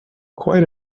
quite